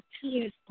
tears